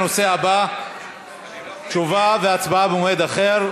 תשובה והצבעה במועד אחר.